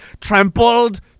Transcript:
trampled